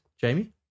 Jamie